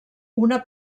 una